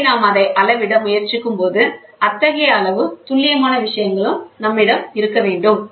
எனவே நாம் அதை அளவிட முயற்சிக்கும்போது அத்தகைய அளவு துல்லியமான விஷயங்கள் நம்மிடம் இருக்க வேண்டும்